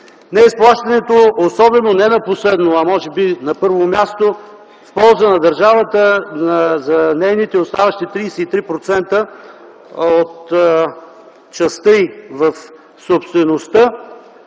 Неизплащането - не на последно, а може би на първо място, в полза на държавата на нейните 33% от частта й в собствеността,